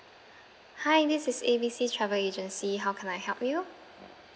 hi this is A B C travel agency how can I help you